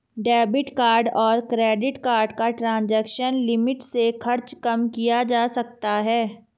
debit card और credit card का transaction limit से खर्च कम किया जा सकता है